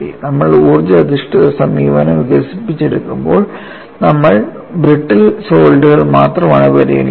നമ്മൾ ഊർജ്ജ അധിഷ്ഠിത സമീപനം വികസിപ്പിച്ചെടുക്കുമ്പോൾ നമ്മൾ ബ്രിട്ടിൽ സോളിഡുകൾ മാത്രമാണ് പരിഗണിക്കുന്നത്